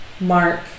Mark